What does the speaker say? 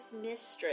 mistress